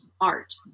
art